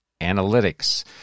analytics